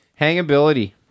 Hangability